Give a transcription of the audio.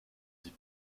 sie